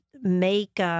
make